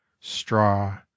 Straw